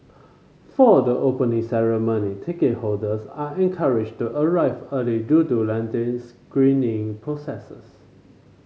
for the Opening Ceremony ticket holders are encouraged to arrive early due to lengthy screening processes